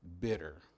bitter